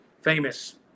famous